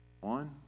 One